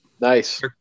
Nice